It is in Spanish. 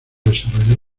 desarrollar